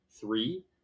three